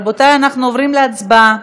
רבותי, אנחנו עוברים להצבעה.